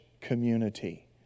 community